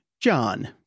John